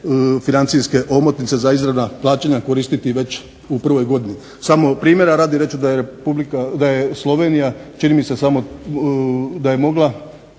financijske omotnice za izravna plaćanja koristiti već u prvoj godini. Samo primjera radi reći ću da je Slovenija čini mi se samo, da je mogla